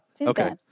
Okay